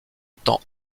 temps